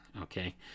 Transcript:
okay